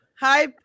Hi